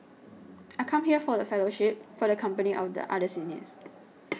I come here for the fellowship for the company of other seniors